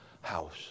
house